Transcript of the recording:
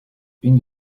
une